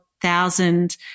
thousand